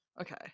Okay